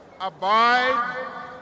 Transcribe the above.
abide